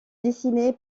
dessinée